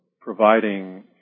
providing